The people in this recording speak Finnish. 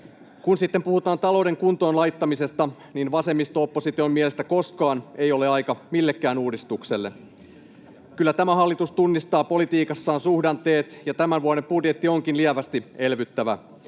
Kun sitten puhutaan talouden kuntoon laittamisesta, niin vasemmisto-opposition mielestä koskaan ei ole aika millekään uudistukselle. Kyllä tämä hallitus tunnistaa politiikassaan suhdanteet, ja tämän vuoden budjetti onkin lievästi elvyttävä.